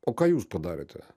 o ką jūs padarėte